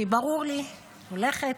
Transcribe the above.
כי ברור לי שהיא הולכת,